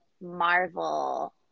Marvel